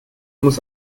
muss